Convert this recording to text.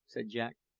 said jack.